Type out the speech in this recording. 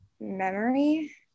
memory